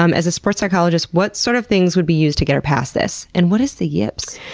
um as a sports psychologist what sort of things would be used to get her past this? and what is the yips?